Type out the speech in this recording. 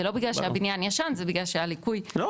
זה לא בגלל שהבניין ישן זה בגלל שהליקוי לא תוקן.